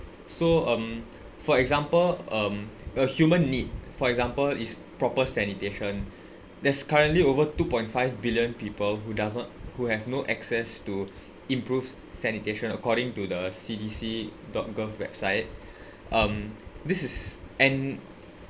so um for example um a human need for example is proper sanitation there's currently over two point five billion people who doesn't who have no access to improve sanitation according to the C_D_C dot gov website um this is and